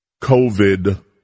COVID